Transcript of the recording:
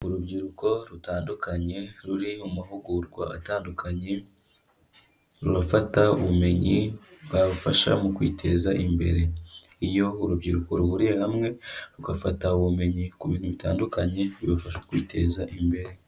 Urubyiruko rutandukanye ruri mu mahugurwa atandukanye, rurafata ubumenyi bwarufasha mu kwiteza imbere, iyo urubyiruko ruhuriye hamwe rugafata ubumenyi ku bintu bitandukanye birufasha kwiteza imbere.